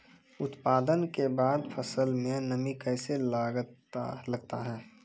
उत्पादन के बाद फसल मे नमी कैसे लगता हैं?